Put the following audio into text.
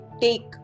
take